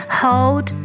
hold